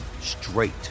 straight